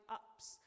ups